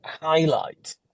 highlight